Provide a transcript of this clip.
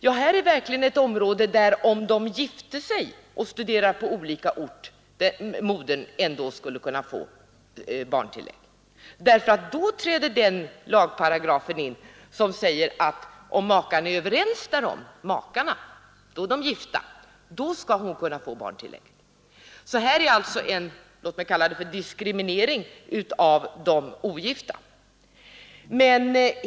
Men här har vi verkligen ett område där — om de gifte sig och modern studerade på annan ort — den lagparagrafen träder in som säger att om makarna, är överens, skall modern kunna få barntillägg. Här är det låt mig kalla det en diskriminering av de ogifta.